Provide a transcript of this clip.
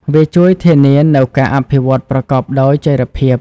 វាជួយធានានូវការអភិវឌ្ឍប្រកបដោយចីរភាព។